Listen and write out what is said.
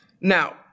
Now